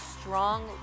strong